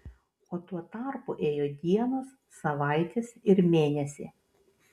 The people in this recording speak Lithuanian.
o tuo tarpu ėjo dienos savaitės ir mėnesiai